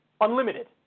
Unlimited